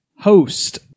host